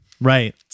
Right